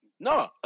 No